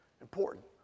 important